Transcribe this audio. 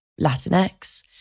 Latinx